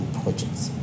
projects